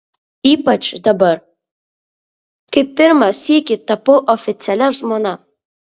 ypač dabar kai pirmą sykį tapau oficialia žmona